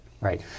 Right